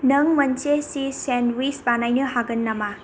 नों मोनसे चिज सेन्दविच बानायनो हागोन नामा